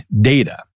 data